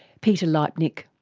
peter leipnik.